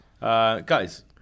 Guys